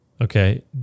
okay